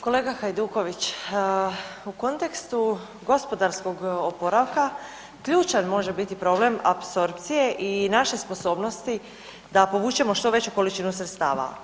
Kolega Hajduković, u kontekstu gospodarskog oporavka ključan može biti problem apsorpcije i naše sposobnosti da povučemo što veću količinu sredstava.